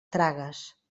tragues